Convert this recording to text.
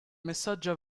messaggio